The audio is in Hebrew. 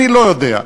אני לא יודע.